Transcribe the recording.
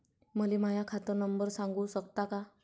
मले माह्या खात नंबर सांगु सकता का?